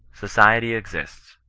society exists.